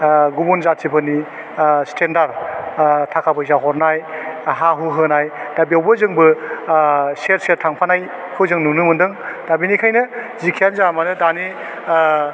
आह गुबुन जातिफोरनि ओह स्टेन्डार्ड आह थाका फैसा हरनाय हा हु होनाय दा बेयावबो जोंबो आह सेर सेर थांफानायखौ जों नुनो मोन्दों दा बिनिखायनो जिखियानो जाया मानो दानि आह